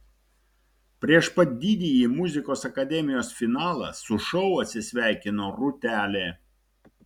prieš pat didįjį muzikos akademijos finalą su šou atsisveikino rūtelė